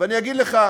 ואני אגיד לך,